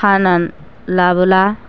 खानानै लायोब्ला